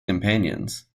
companions